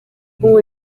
ubu